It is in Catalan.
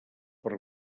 per